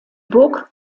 burg